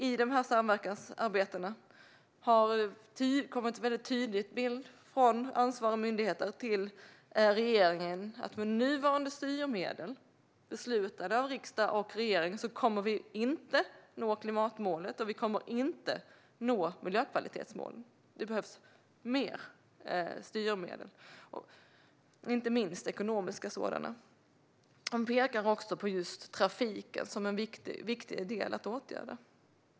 I detta samverkansarbete har det kommit en tydlig bild från ansvariga myndigheter till regeringen: Med nuvarande styrmedel, beslutade av riksdag och regering, kommer vi inte att nå vare sig klimatmålet eller miljökvalitetsmålen. Det behövs mer styrmedel, inte minst ekonomiska sådana. Man pekar också på just trafiken som en viktig del att åtgärda.